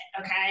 okay